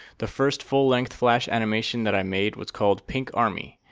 the first full-length flash animation that i made was called pink army,